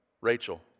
Rachel